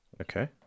Okay